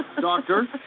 Doctor